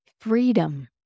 freedom